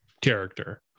character